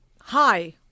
Hi